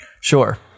sure